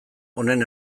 honen